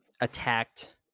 attacked